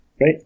right